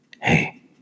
Hey